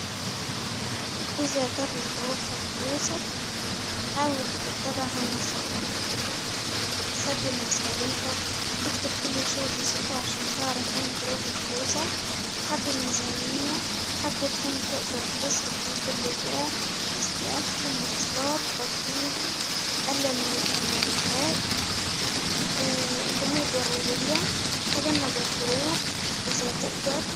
إذا تبغي توفر فلوسك حاول تتبع هالنصائحk سجل مصاريفك ،أكتب كل شيء تصرفه عشان تعرف وين تروح فلوسك، حدد الميزانية حدد كم تقدر تصرف فيه كل فئة؟ مثل أكل ،مواصلات، ترفيه، قلل من الكماليات، اللي مو ضرورية. تجنب القروض إذا تقدر.